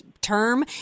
term